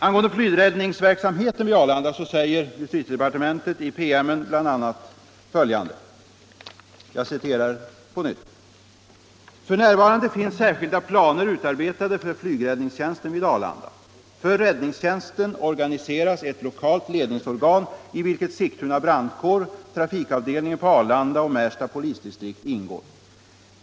Angående flygräddningsverksamheten vid Arlanda säger justitiedepartementet i promemorian bl.a. följande: ”F. n. finns särskilda planer utarbetade för flygräddningstjänsten vid Arlanda. För räddningstjänsten organiseras ett lokalt ledningsorgan i vilket Sigtuna brandkår, trafikavdelningen på Arlanda och Märsta polisdistrikt ingår.